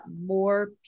more